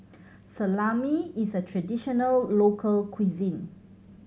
salami is a traditional local cuisine